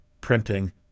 printing